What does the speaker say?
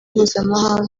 mpuzamahanga